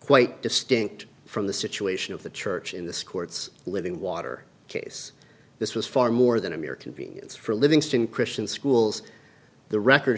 quite distinct from the situation of the church in this court's living water case this was far more than a mere convenience for livingston christian schools the record